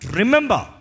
remember